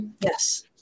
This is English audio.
yes